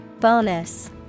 Bonus